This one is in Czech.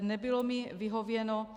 Nebylo mi vyhověno.